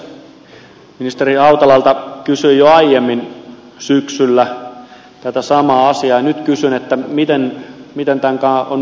ministeri hautalalta kysyin jo aiemmin syksyllä tätä samaa asiaa ja nyt kysyn miten tämän kanssa on nyt edetty